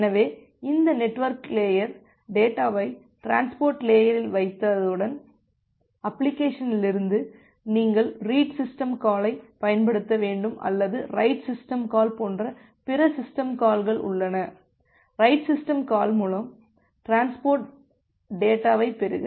எனவே இந்த network layer டேட்டாவை டிரான்ஸ்போர்ட் லேயரில் வைத்தவுடன் அப்ளிகேஷனிலிருந்து நீங்கள் ரீட் சிஸ்டம் காலைப் பயன்படுத்த வேண்டும் அல்லது ரைட் சிஸ்டம் கால் போன்ற பிற சிஸ்டம் கால்கள் உள்ளன ரைட் சிஸ்டம் கால் மூலம் டிரான்ஸ்போர்ட் டேட்டாவைப் பெறுக